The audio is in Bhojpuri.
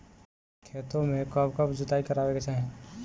खेतो में कब कब जुताई करावे के चाहि?